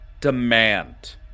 demand